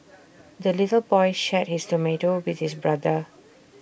the little boy shared his tomato with his brother